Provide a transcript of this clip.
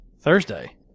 Thursday